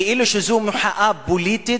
כאילו שזאת מחאה פוליטית,